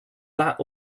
that